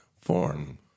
form